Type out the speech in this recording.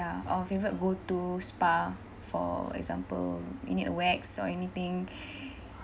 our favorite go-to spa for example you need a wax or anything